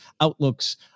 outlooks